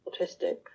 autistic